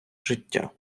життя